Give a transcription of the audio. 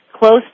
Close